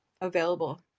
available